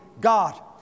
God